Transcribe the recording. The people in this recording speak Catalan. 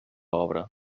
obra